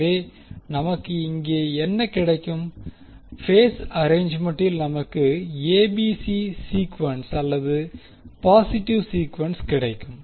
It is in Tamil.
எனவே நமக்கு இங்கே என்ன கிடைக்கும் பேஸ் அரேஞ்சுமென்டில் நமக்கு எபிசி சீக்குவென்ஸ் அல்லது பாசிடிவ் சீக்குவென்ஸ் கிடைக்கும்